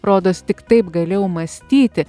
rodos tik taip galėjau mąstyti